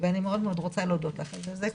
- ואני מאוד מאוד רוצה להודות לך על זה.